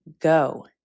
go